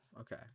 okay